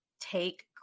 take